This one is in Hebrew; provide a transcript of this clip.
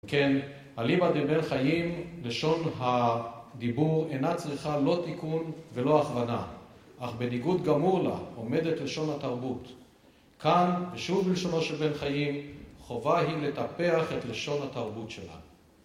כן, אליבא דה בן חיים, לשון הדיבור אינה צריכה לא תיקון ולא הכוונה, אך בניגוד גמור לה, עומדת לשון התרבות. כאן, ושוב בלשונו של בן חיים, חובה היא לטפח את לשון התרבות שלה.